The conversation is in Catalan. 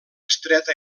estreta